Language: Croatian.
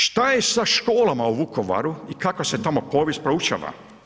Šta je sa školama u Vukovaru i kakva se tamo povijest proučava?